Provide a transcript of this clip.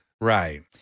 Right